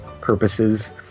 Purposes